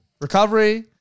Recovery